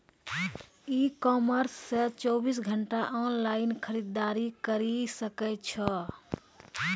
e commerce से चौबीस घंटा ऑनलाइन खरीदारी करी सकै छो